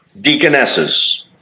deaconesses